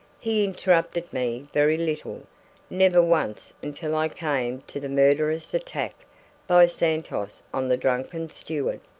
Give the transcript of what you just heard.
he interrupted me very little never once until i came to the murderous attack by santos on the drunken steward.